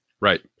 Right